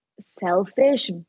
Selfish